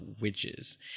witches